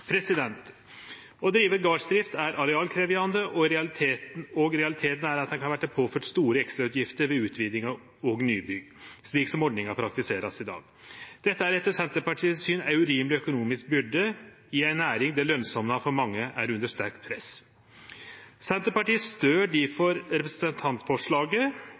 Å drive gardsdrift er arealkrevjande, og realiteten er at ein kan verte påført store ekstrautgifter ved utvidingar og nybygg, slik som ordninga vert praktisert i dag. Dette er etter Senterpartiet sitt syn ei urimeleg økonomisk byrde i ei næring der lønsemda for mange er under sterkt press. Senterpartiet stør difor representantforslaget,